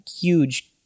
huge